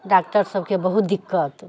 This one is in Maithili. डॉक्टर सबके बहुत दिक्कत